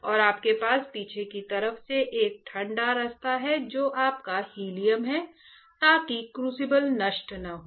और आपके पास पीछे की तरफ से एक ठंडा रास्ता है जो आपका हीलियम है ताकि क्रूसिबल नष्ट न हो